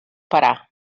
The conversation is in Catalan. parar